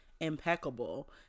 impeccable